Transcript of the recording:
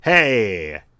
Hey